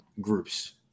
Groups